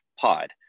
pod